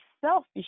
selfish